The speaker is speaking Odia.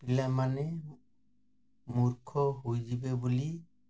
ପିଲାମାନେ ମୂର୍ଖ ହୋଇଯିବେ ବୋଲି